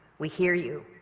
we hear you.